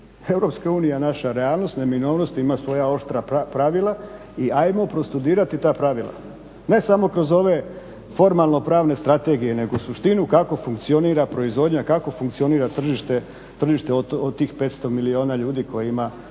Europska unija je naša realnost, neminovnost, ima svoja oštra pravila i ajmo prostudirati ta pravila, ne samo kroz ove formalno-pravne strategije nego suštinu kako funkcionira proizvodnja, kako funkcionira tržište od tih 500 milijuna ljudi koja